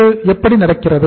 இது எப்படி நடக்கிறது